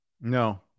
No